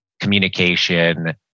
communication